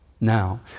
Now